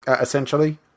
essentially